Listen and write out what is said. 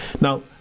Now